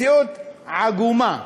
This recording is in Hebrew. מציאות עגומה.